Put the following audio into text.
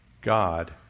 God